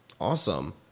Awesome